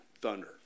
thunder